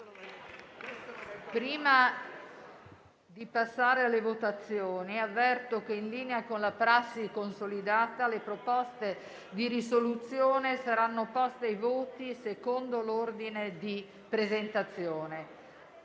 Prima di passare alle votazioni, avverto che, in linea con una prassi consolidata, le proposte di risoluzione saranno poste ai voti secondo l'ordine di presentazione.